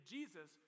Jesus